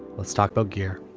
let's talk about gear.